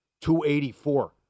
284